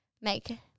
make